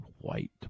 white